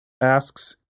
asks